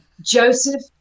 Joseph